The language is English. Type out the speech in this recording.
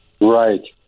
Right